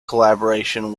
collaboration